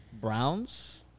Browns